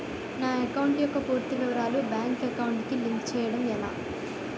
నా అకౌంట్ యెక్క పూర్తి వివరాలు బ్యాంక్ అకౌంట్ కి లింక్ చేయడం ఎలా?